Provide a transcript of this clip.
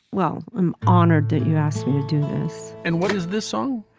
well, i'm honored that you asked me to do this. and what is this song?